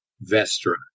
Vestra